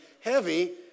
heavy